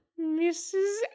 Mrs